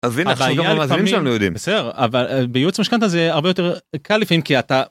הבעיה לפעמים... המאזינים שלנו לא יודעים... בסדר, אבל בייעוץ משכנתה זה הרבה יותר קל לפעמים כי אתה.